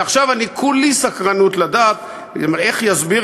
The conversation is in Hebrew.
ועכשיו אני כולי סקרנות לדעת איך יסביר